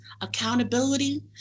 accountability